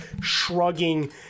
shrugging